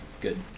Good